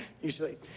usually